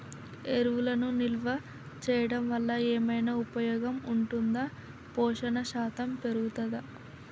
ఎరువులను నిల్వ చేయడం వల్ల ఏమైనా ఉపయోగం ఉంటుందా పోషణ శాతం పెరుగుతదా?